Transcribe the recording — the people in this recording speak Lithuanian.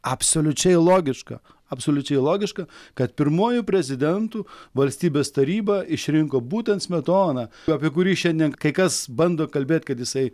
absoliučiai logiška absoliučiai logiška kad pirmuoju prezidentu valstybės taryba išrinko būtent smetoną apie kurį šiandien kai kas bando kalbėt kad jisai